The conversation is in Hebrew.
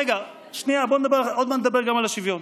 רגע, שנייה, עוד מעט נדבר גם על השוויון.